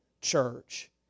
church